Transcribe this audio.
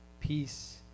peace